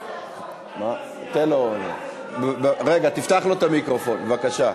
כן, תפתח לו את המיקרופון, בבקשה.